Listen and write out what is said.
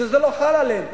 שזה לא חל עליהם.